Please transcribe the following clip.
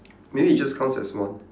maybe it just counts as one